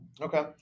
Okay